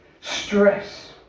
stress